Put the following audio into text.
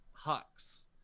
hux